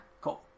Cool